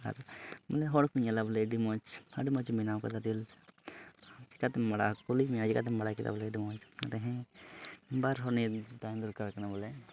ᱟᱨ ᱵᱚᱞᱮ ᱦᱚᱲ ᱠᱚ ᱧᱮᱞᱟ ᱵᱚᱞᱮ ᱟᱹᱰᱤ ᱢᱚᱡᱽ ᱟᱹᱰᱤ ᱢᱚᱡᱽ ᱮᱢ ᱵᱮᱱᱟᱣ ᱠᱟᱫᱟ ᱨᱤᱞᱥ ᱪᱤᱠᱟᱹᱛᱮᱢ ᱵᱟᱲᱟᱭᱟ ᱠᱩᱞᱤ ᱢᱮᱭᱟᱭ ᱪᱤᱠᱟᱹᱛᱮᱢ ᱵᱟᱲᱟᱭ ᱠᱮᱫᱟ ᱵᱚᱞᱮ ᱟᱹᱰᱤ ᱢᱚᱡᱽ ᱟᱫᱚ ᱦᱮᱸ ᱵᱟᱨ ᱦᱚᱲ ᱛᱟᱦᱮᱱ ᱫᱚᱨᱠᱟᱨ ᱠᱟᱱᱟ ᱵᱚᱞᱮ